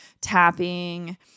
tapping